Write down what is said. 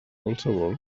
qualsevol